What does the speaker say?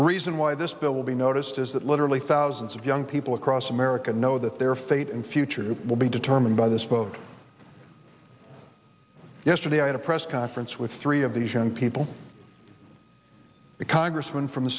the reason why this bill will be noticed is that literally thousands of young people across america know that their fate and future will be determined by this vote yesterday i had a press conference with three of these young people the congressman from the